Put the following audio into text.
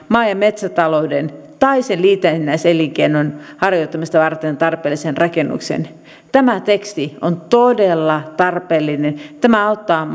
maa ja metsätalouden tai sen liitännäiselinkeinon harjoittamista varten tarpeellisen rakennuksen tämä teksti on todella tarpeellinen tämä auttaa